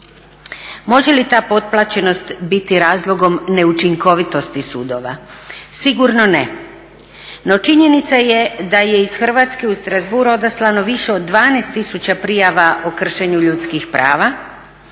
Može li ta potplaćenost biti razlogom neučinkovitosti sudova? Sigurno ne. No, činjenica je da je iz Hrvatske u Strasbourg odaslano više od 12 tisuća prijava o kršenju ljudskih prava,